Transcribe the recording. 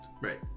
Right